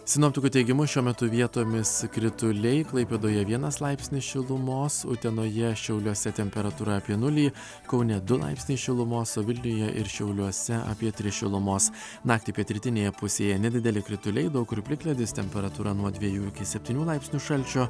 sinoptikų teigimu šiuo metu vietomis krituliai klaipėdoje vienas laipsnis šilumos utenoje šiauliuose temperatūra apie nulį kaune du laipsniai šilumos vilniuje ir šiauliuose apie tris šilumos naktį pietrytinėje pusėje nedideli krituliai daug kur plikledis temperatūra nuo dviejų iki septynių laipsnių šalčio